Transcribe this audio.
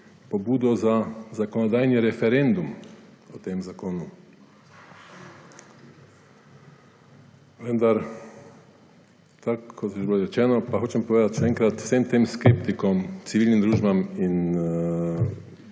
pobudo za zakonodajni referendum o tem zakonu. Kot je bilo že rečeno, pa hočem povedati še enkrat, vsem tem skeptikom, civilnim družbam in